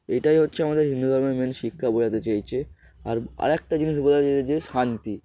এটাই হচ্ছে আমাদের হিন্দু ধর্মের মেন শিক্ষা বোঝাতে চাইছে আর আরেকটা জিনিস বোঝাতে চাইছে যে শান্তি